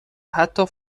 حتی